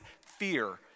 fear